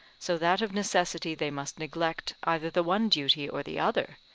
so that of necessity they must neglect either the one duty or the other,